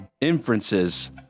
inferences